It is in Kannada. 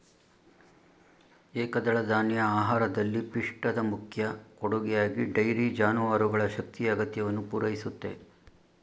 ಏಕದಳಧಾನ್ಯ ಆಹಾರದಲ್ಲಿ ಪಿಷ್ಟದ ಮುಖ್ಯ ಕೊಡುಗೆಯಾಗಿ ಡೈರಿ ಜಾನುವಾರುಗಳ ಶಕ್ತಿಯ ಅಗತ್ಯವನ್ನು ಪೂರೈಸುತ್ತೆ